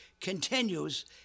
continues